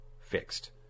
fixed